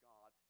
God